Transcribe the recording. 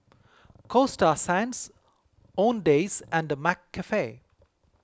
Coasta Sands Owndays and McCafe